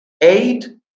eight